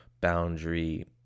boundary